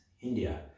India